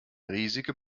riesige